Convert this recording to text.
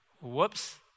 Whoops